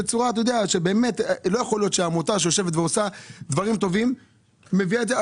לא יכול להיות שעמותה שיושבת ועושה דברים טובים מביאה את זה.